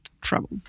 trouble